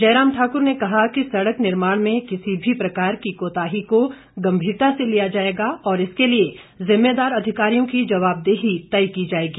जयराम ठाकुर ने कहा कि सड़क निर्माण में किसी भी प्रकार की कोताही को गंभीरता से लिया जाएगा और इसके लिए जिम्मेदार अधिकारियों की जवाबदेही तय की जाएगी